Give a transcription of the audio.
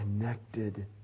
connected